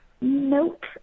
Nope